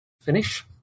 finish